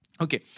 Okay